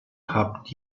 habt